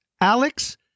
Alex